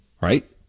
Right